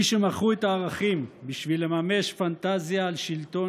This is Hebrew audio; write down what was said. מי שמכרו את הערכים בשביל לממש פנטזיה על שלטון